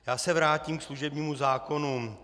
Já se vrátím ke služebnímu zákonu.